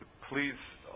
please